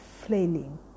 flailing